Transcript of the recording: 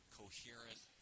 coherent